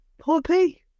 Poppy